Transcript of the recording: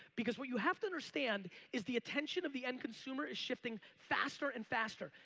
because what you have to understand is the attention of the end consumer is shifting faster and faster.